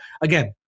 again